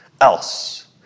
else